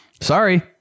Sorry